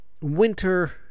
winter